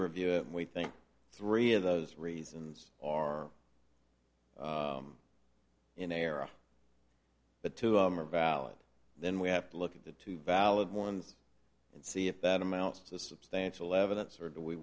review it we think three of those reasons are in error but two of them are valid then we have to look at the two valid ones and see if that amounts to substantial evidence or do we